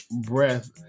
breath